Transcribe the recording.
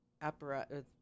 apparatus